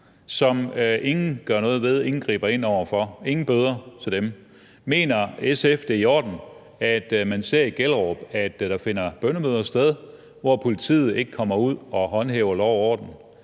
at ingen gør noget ved det, ingen griber ind over for det? Der er ingen bøder til dem. Mener SF, at det er i orden, at man i Gellerup ser, at der finder bønnemøder sted, hvor politiet ikke kommer ud og håndhæver lov og orden?